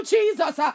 Jesus